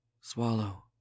Swallow